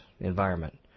environment